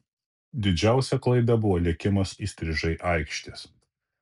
didžiausia klaida buvo lėkimas įstrižai aikštės